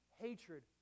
hatred